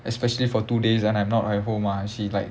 especially for two days and I'm not at home ah she like